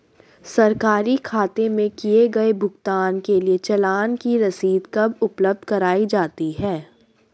सरकारी खाते में किए गए भुगतान के लिए चालान की रसीद कब उपलब्ध कराईं जाती हैं?